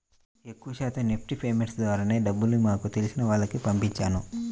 ఎక్కువ శాతం NEFT payments ద్వారానే డబ్బుల్ని మాకు తెలిసిన వాళ్లకి పంపించాను